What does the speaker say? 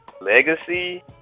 legacy